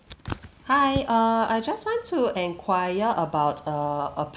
hi err I just want to enquire about err a